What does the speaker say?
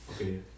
Okay